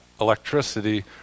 electricity